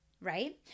right